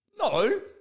No